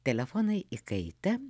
telefonai įkaitę